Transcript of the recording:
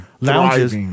lounges